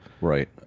Right